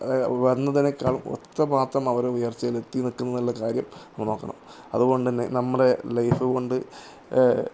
വന്നതിനേക്കാൾ എത്ര മാത്രം അവർ ഉയർച്ചയിൽ എത്തി നിൽക്കുന്നുള്ള കാര്യം നമ്മൾ നോക്കണം അതുകൊണ്ട്ന്നെ നമ്മളുടെ ലൈഫ് കൊണ്ട്